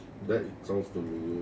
that's sound familiar